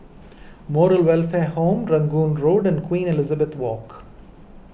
Moral Welfare Home Rangoon Road and Queen Elizabeth Walk